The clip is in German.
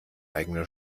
eigene